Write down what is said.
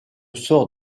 sort